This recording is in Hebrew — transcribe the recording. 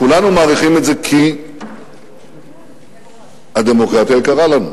כולנו מעריכים את זה, כי הדמוקרטיה יקרה לנו.